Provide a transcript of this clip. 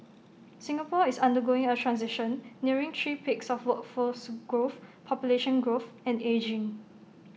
Singapore is undergoing A transition nearing three peaks of workforce growth population growth and ageing